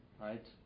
right